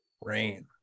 Rain